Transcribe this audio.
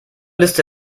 liste